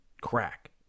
crack